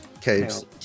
Caves